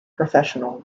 professional